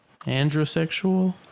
androsexual